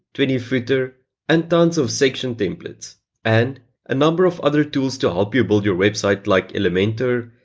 twenty footer and tons of section templates and a number of other tools to help you build your website like elementor,